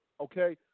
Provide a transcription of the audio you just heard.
Okay